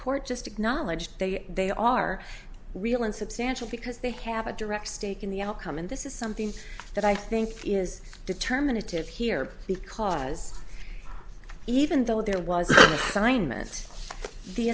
court just acknowledged they are real and substantial because they have a direct stake in the outcome and this is something that i think is determinative here because even though there was a fine mist the